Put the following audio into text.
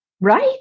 Right